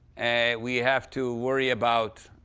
we have to worry about